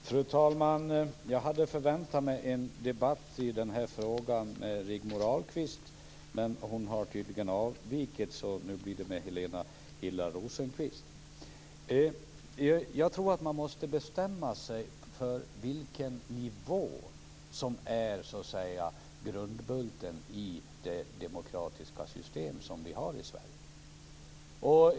Fru talman! Jag hade förväntat mig en debatt i den här frågan med Rigmor Ahlstedt, men hon har tydligen avvikit, så nu blir det med Helena Hillar Rosenqvist i stället. Jag tror att man måste bestämma sig för vilken nivå som skall vara grundbulten i det demokratiska system som vi har i Sverige.